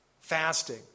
Fasting